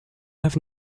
have